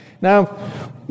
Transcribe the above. Now